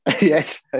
Yes